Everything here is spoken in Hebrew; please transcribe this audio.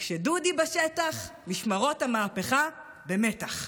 כשדודי בשטח, משמרות המהפכה במתח.